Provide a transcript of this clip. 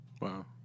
Wow